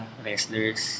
wrestlers